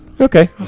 Okay